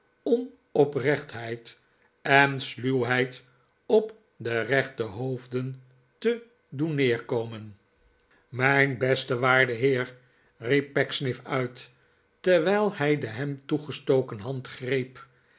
onoprechtheid en sluwheid op de rechte hoofden te doen neerkomen mijn beste waarde heer riep pecksniff uit terwijl hij de hem toegestoken hand greep